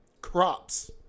crops